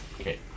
Okay